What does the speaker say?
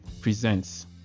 presents